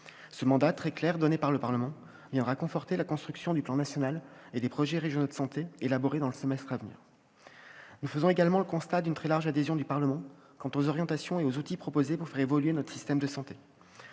Ce mandat, très clair, donné par le Parlement viendra conforter la construction du plan national et des projets régionaux de santé, élaborés dans le semestre à venir. Nous faisons également le constat d'une très large adhésion du Parlement aux orientations et aux outils proposés pour faire évoluer notre système de santé.